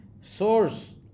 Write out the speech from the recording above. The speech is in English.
source